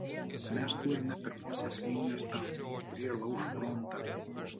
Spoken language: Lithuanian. mes turime pirmosios linijos tankų kurie lauš frontą